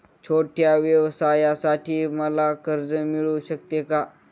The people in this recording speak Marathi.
छोट्या व्यवसायासाठी मला कर्ज मिळू शकेल का?